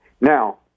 Now